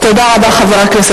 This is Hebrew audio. חבר הכנסת